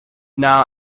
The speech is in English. now